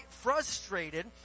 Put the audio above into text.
frustrated